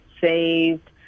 saved